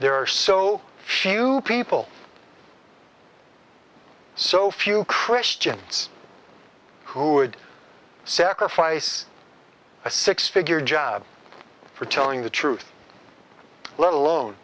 there are so few people so few christians who would sacrifice a six figure job for telling the truth let alone